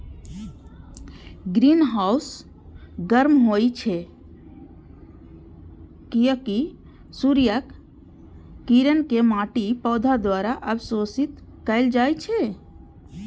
greenhouse गर्म होइ छै, कियैकि सूर्यक किरण कें माटि, पौधा द्वारा अवशोषित कैल जाइ छै